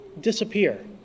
disappear